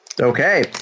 Okay